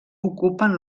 ocupen